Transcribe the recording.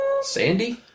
Sandy